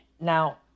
Now